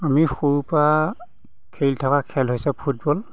আমি সৰু পৰা খেলি থকা খেল হৈছে ফুটবল